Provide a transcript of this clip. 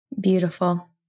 Beautiful